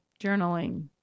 journaling